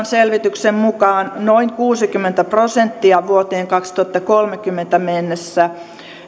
selvityksen mukaan noin kuusikymmentä prosenttia vuoteen kaksituhattakolmekymmentä mennessä